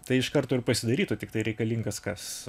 tai iš karto ir pasidarytų tiktai reikalingas kas